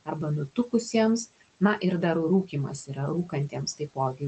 arba nutukusiems na ir dar rūkymas yra rūkantiems taipogi